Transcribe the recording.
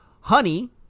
Honey